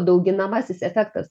dauginamasis efektas